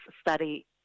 study